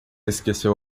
esqueceu